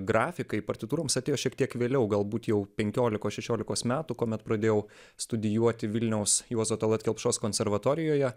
grafikai partitūroms atėjo šiek tiek vėliau galbūt jau penkiolikos šešiolikos metų kuomet pradėjau studijuoti vilniaus juozo tallat kelpšos konservatorijoje